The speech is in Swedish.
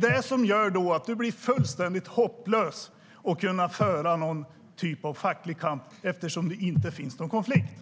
Det gör att det blir fullständigt hopplöst för dig att föra någon typ av facklig kamp eftersom det inte finns någon konflikt.